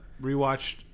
rewatched